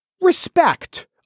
Respect